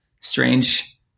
strange